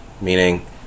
Meaning